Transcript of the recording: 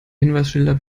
hinweisschilder